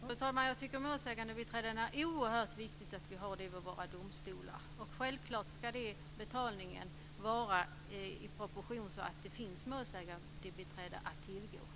Fru talman! Jag tycker att det är oerhört viktigt att vi har målsägandebiträden vid våra domstolar. Självklart ska betalningen vara sådan att det finns målsägandebiträden att tillgå.